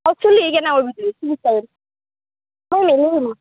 চুলি কেনে কৰিবি চুলি ষ্টাইল মই মেলিম